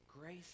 Grace